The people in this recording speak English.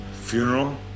Funeral